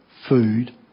food